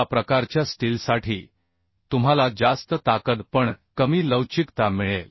या प्रकारच्या स्टीलसाठी तुम्हाला जास्त ताकद पण कमी लवचिकता मिळेल